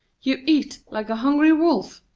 you eat like a hungry wolf.